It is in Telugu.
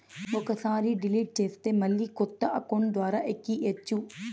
ఒక్కసారి డిలీట్ చేస్తే మళ్ళీ కొత్త అకౌంట్ ద్వారా ఎక్కియ్యచ్చు